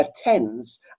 attends